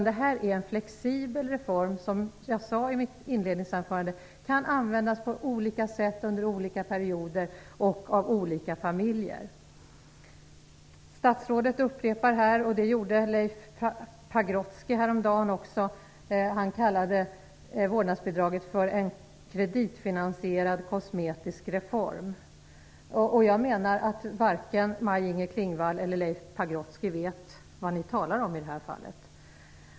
Detta är en flexibel reform, vilket jag sade i mitt inledningsanförande, som kan användas på olika sätt av olika personer och familjer. Statsrådet kallade här - liksom Leif Pagrotsky gjorde häromdagen - vårdnadsbidraget för en kreditfinansierad kosmetisk reform. Jag menar att varken Maj-Inger Klingvall eller Leif Pagrotsky vet vad de talar om i det här fallet.